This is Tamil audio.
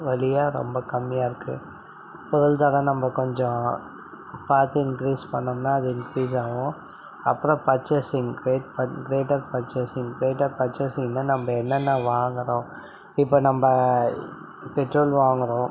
வழியாக ரொம்ப கம்மியாக இருக்கு பொருளாதாரம் நம்ம கொஞ்சம் பார்த்து இன்க்ரீஸ் பண்ணோம்னா அது இன்க்ரீஸ் ஆகும் அப்றம் purchasing great greater purchasing greater purchasing தான் நம்ம என்னென்ன வாங்குறோம் இப்போ நம்ம பெட்ரோல் வாங்குறோம்